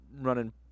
running